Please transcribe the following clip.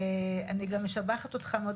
אני גם משבחת אותך מאוד,